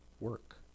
work